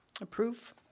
approve